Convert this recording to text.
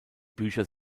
bücher